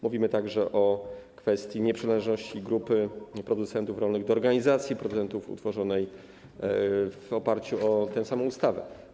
Mówimy także o kwestii nieprzynależności grupy producentów rolnych do organizacji producentów utworzonej w oparciu o tę samą ustawę.